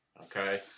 Okay